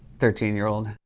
thirteen year old,